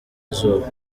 izuba